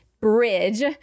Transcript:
bridge